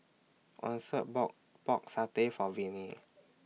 Answer bought Pork Satay For Viney